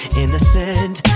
innocent